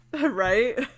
Right